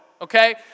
okay